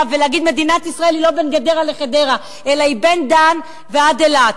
ולהגיד שמדינת ישראל היא לא בין גדרה לחדרה אלא מדן ועד אילת.